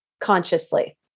consciously